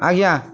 ଆଜ୍ଞା